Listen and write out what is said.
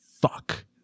fuck